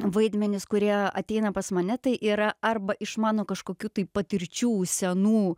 vaidmenys kurie ateina pas mane tai yra arba iš mano kažkokių tai patirčių senų